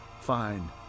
Fine